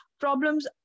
problems